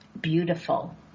beautiful